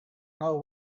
know